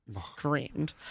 screamed